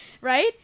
Right